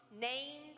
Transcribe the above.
named